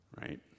right